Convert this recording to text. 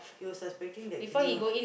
he was suspecting that